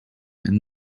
and